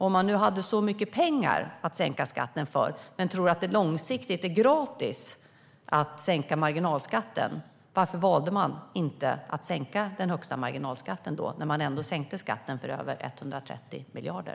Om man nu hade så mycket pengar att sänka skatten för men tror att det långsiktigt är gratis att sänka marginalskatten, varför valde man inte att sänka den högsta marginalskatten då när man ändå sänkte skatten med över 130 miljarder?